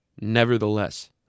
Nevertheless